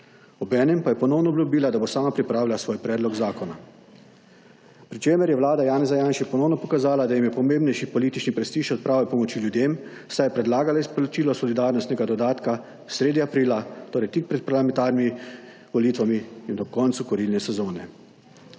ob enem pa je ponovno obljubila, da bo sama pripravila svoj predlog zakona pri čemer je vlada Janeza Janše ponovno pokazala, da jim je pomembnejši politični prestiž od prave pomoči ljudem, saj je predlagala izplačilo solidarnostnega dodatka sredi aprila torej tik pred parlamentarnimi volitvami in do konca kurilne sezone.